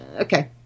Okay